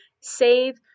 save